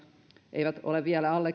eivät ole vielä